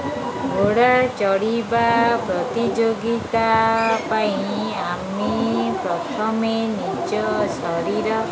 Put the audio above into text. ଘୋଡ଼ା ଚଢ଼ିବା ପ୍ରତିଯୋଗିତା ପାଇଁ ଆମେ ପ୍ରଥମେ ନିଜ ଶରୀର